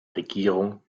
regierung